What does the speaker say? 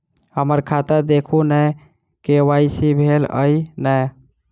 हम्मर खाता देखू नै के.वाई.सी भेल अई नै?